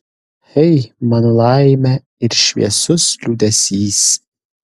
hey mano laime ir šviesus liūdesys